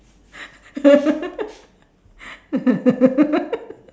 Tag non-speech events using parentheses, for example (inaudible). (laughs)